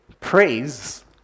praise